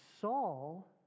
Saul